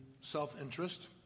self-interest